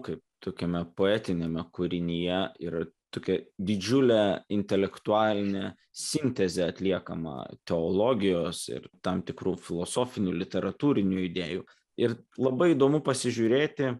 kaip tokiame poetiniame kūrinyje yra tokiadidžiulė intelektualinė sintezė atliekama teologijos ir tam tikrų filosofinių literatūrinių idėjų ir labai įdomu pasižiūrėti